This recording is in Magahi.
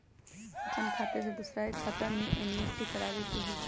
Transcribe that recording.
अपन खाते से दूसरा के खाता में एन.ई.एफ.टी करवावे के हई?